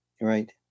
right